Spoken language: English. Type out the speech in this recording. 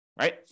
right